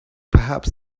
perhaps